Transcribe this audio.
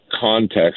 context